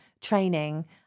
training